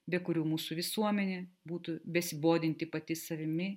be kurių mūsų visuomenė būtų besibodinti pati savimi